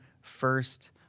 first